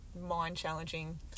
mind-challenging